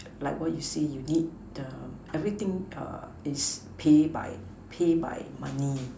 like what you said you eat the everything is paid by paid by money